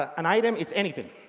an item, it's anything.